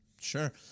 Sure